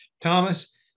Thomas